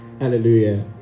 Hallelujah